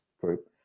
group